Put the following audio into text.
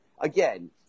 again